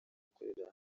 akorera